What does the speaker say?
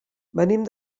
venim